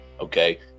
okay